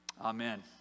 Amen